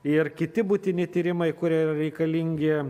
ir kiti būtini tyrimai kurie yra reikalingi